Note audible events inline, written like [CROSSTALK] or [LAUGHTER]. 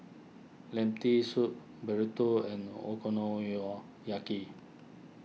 Lentil Soup Burrito and [UNINTELLIGIBLE]